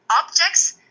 objects